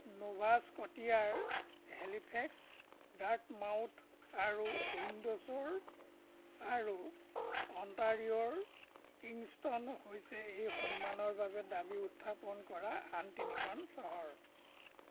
Nova স্কটিয়াৰ Halifax Dartmouth আৰু Windsor আৰু অন্টাৰিঅ'ৰ কিংষ্টন হৈছে এই সন্মানৰ বাবে দাবী উত্থাপন কৰা আন তিনিখন চহৰ